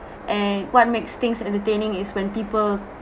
and what makes things entertaining is when people